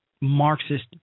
Marxist